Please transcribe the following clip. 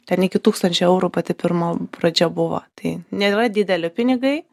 ten iki tūkstančio eurų pati pirma pradžia buvo tai nėra dideli pinigai